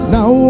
Now